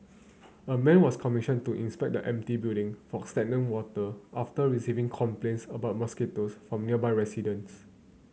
a man was commissioned to inspect the empty building for stagnant water after receiving complaints about mosquitoes from nearby residents